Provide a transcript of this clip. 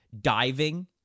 diving